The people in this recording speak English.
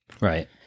Right